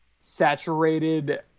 saturated